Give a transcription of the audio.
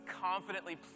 confidently